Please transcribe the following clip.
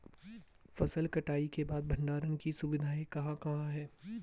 फसल कटाई के बाद भंडारण की सुविधाएं कहाँ कहाँ हैं?